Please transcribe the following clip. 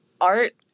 art